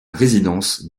résidence